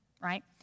right